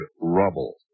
rubble